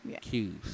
Cues